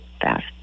fast